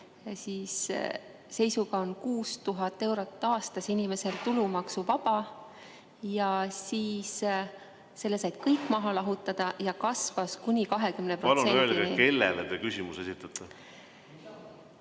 Tänase seisuga on 6000 eurot aastas inimestel tulumaksuvaba, selle said kõik maha lahutada ja see kasvas kuni 20%‑ni. Palun öelge, kellele te küsimuse esitate.